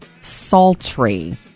sultry